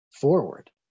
forward